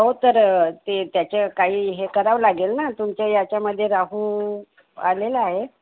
हो तर ते त्याच्या काही हे करावं लागेल ना तुमच्या याच्यामध्ये राहू आलेला आहे